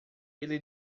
ele